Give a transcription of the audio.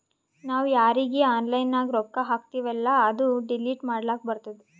ನಾವ್ ಯಾರೀಗಿ ಆನ್ಲೈನ್ನಾಗ್ ರೊಕ್ಕಾ ಹಾಕ್ತಿವೆಲ್ಲಾ ಅದು ಡಿಲೀಟ್ ಮಾಡ್ಲಕ್ ಬರ್ತುದ್